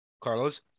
Carlos